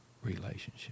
Relationship